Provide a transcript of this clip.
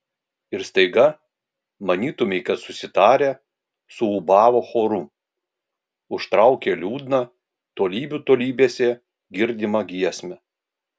ir staiga manytumei kad susitarę suūbavo choru užtraukė liūdną tolybių tolybėse girdimą giesmę